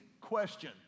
question